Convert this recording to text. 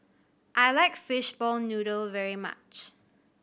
I like fishball noodle very much